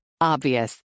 Obvious